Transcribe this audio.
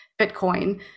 bitcoin